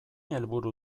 helburu